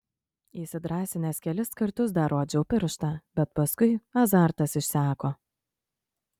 įsidrąsinęs kelis kartus dar rodžiau pirštą bet paskui azartas išseko